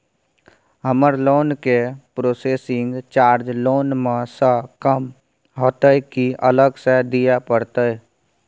हमर लोन के processing charge loan म स कम होतै की अलग स दिए परतै?